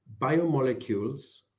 biomolecules